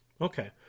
Okay